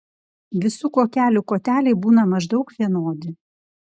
visų kuokelių koteliai būna maždaug vienodi